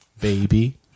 baby